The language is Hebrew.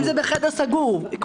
אם זה בחדר סגור.